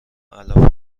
علفها